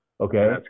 Okay